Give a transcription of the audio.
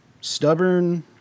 Stubborn